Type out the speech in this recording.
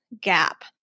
gap